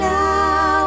now